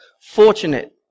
fortunate